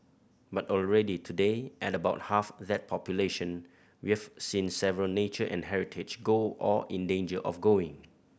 but already today at about half that population we have seen several nature and heritage go or in danger of going